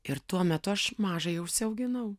ir tuo metu aš mažąjį užsiauginau